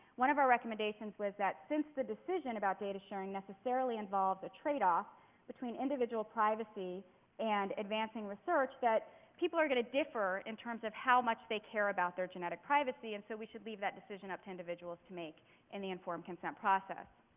one of our recommendations was that since the decision about data sharing necessarily involved a tradeoff between individual privacy and advancing research, that people are going to differ in terms of how much they care about their genetic privacy and so we should leave that decision up to individuals to make in the informed consent process.